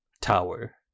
tower